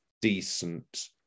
decent